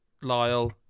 Lyle